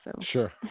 Sure